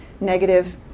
negative